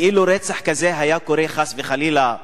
אילו רצח כזה היה קורה, חס וחלילה,